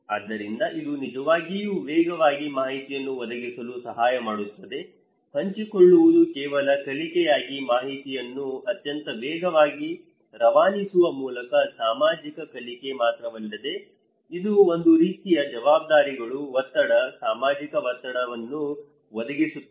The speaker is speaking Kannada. ಆದ್ದರಿಂದ ಇದು ನಿಜವಾಗಿಯೂ ವೇಗವಾಗಿ ಮಾಹಿತಿಯನ್ನು ಒದಗಿಸಲು ಸಹಾಯ ಮಾಡುತ್ತದೆ ಹಂಚಿಕೊಳ್ಳುವುದು ಕೇವಲ ಕಲಿಕೆಯಾಗಿ ಮಾಹಿತಿಯನ್ನು ಅತ್ಯಂತ ವೇಗವಾಗಿ ರವಾನಿಸುವ ಮೂಲಕ ಸಾಮಾಜಿಕ ಕಲಿಕೆ ಮಾತ್ರವಲ್ಲದೆ ಇದು ಒಂದು ರೀತಿಯ ಜವಾಬ್ದಾರಿಗಳು ಒತ್ತಡ ಸಾಮಾಜಿಕ ಒತ್ತಡವನ್ನು ಒದಗಿಸುತ್ತದೆ